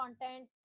content